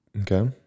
Okay